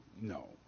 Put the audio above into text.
no